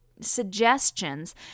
suggestions